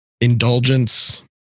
indulgence